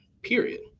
Period